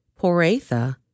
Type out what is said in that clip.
Poratha